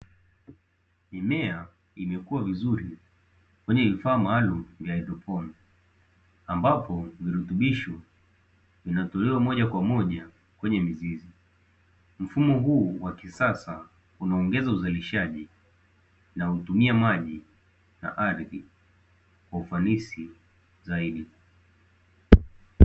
Mimea imekua vizuri kwenye vifaa maalumu vya haidroponi ambapo virutubisho vinatolewa moja kwa moja kwenye mizizi, mfumo huu wa kisasa unaongeza uzalishaji na hutumia maji na ardhi kwa ufanisi zaidi.